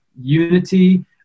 unity